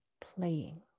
playing